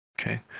Okay